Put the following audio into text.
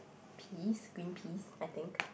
peas green peas I think